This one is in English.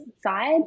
side